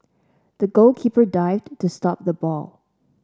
the goalkeeper dived to stop the ball